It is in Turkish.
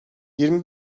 yirmi